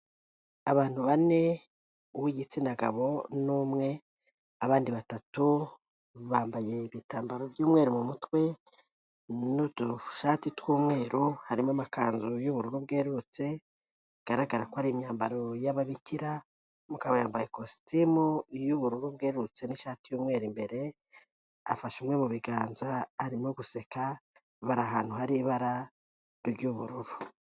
Abantu bane, uw'igitsina gabo ni umwe, abandi batatu bambaye ibitambaro by'umweru mu mutwe n'udushati tw'umweru, harimo amakanzu y'ubururu bwerurutse, bigaragara ko ari imyambaro y'ababikira, umugabo yambaye kositimu y'ubururu bwerurutse n'ishati y'umweru imbere, afashe umwe mu biganza arimo guseka, bari ahantu hari ibara ry'ubururu.